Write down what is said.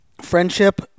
friendship